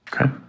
Okay